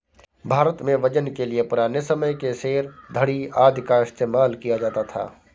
भारत में वजन के लिए पुराने समय के सेर, धडी़ आदि का इस्तेमाल किया जाता था